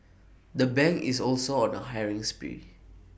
the bank is also on the hiring spree